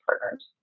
partners